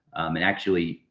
and actually,